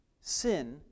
sin